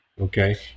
okay